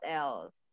else